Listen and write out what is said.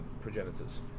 progenitors